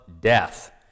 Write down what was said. death